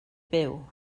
byw